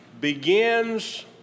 begins